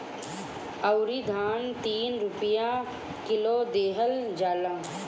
अउरी धान तीन रुपिया किलो देहल जाता